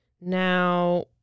Now